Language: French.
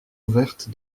ouverte